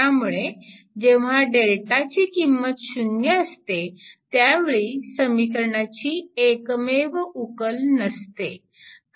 त्यामुळे जेव्हा Δ ची किंमत 0 असते त्यावेळी समीकरणाची एकमेव उकल नसते